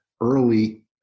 early